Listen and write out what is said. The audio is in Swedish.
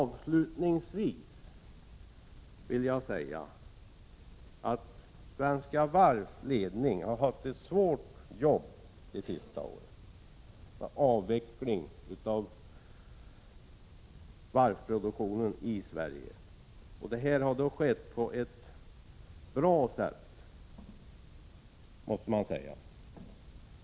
Avslutningsvis vill jag säga att Svenska Varvs ledning har haft ett svårt jobb de senaste åren med avveckling av varvsproduktionen i Sverige, och man måste säga att avvecklingen har skett på ett bra sätt.